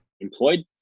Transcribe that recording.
employed